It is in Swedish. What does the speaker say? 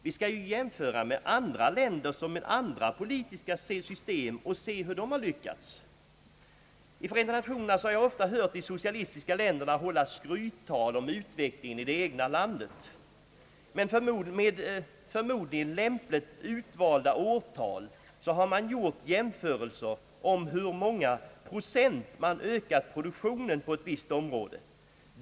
Vi måste jämföra med andra länder som har andra politiska system och se hur de har lyckats. I Förenta Nationerna har jag ofta hört de socialistiska länderna hålla skryttal om utvecklingen i det egna landet. Med förmodligen lämpligt utvalda årtal har man gjort jämförelser om hur många procent man ökat produktionen på ett visst område.